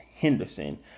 Henderson